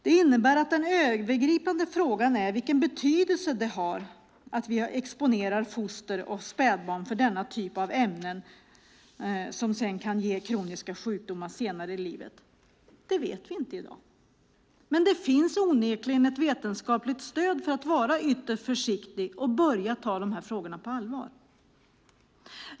Det innebär att den övergripande frågan är vilken betydelse det har att vi exponerar foster och spädbarn för denna typ av ämnen, som kan ge kroniska sjukdomar senare i livet. Det vet vi inte i dag, men det finns onekligen vetenskapligt stöd för att vara ytterst försiktig och börja ta dessa frågor på allvar.